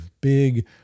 big